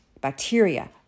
bacteria